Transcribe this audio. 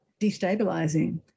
destabilizing